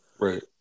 Right